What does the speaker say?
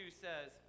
says